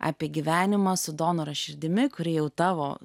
apie gyvenimą su donoro širdimi kuri jau tavo